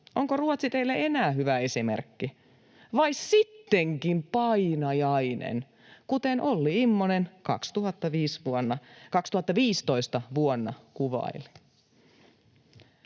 Onko Ruotsi teille enää hyvä esimerkki — vai sittenkin painajainen, kuten Olli Immonen vuonna 2015 kuvaili?